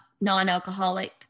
non-alcoholic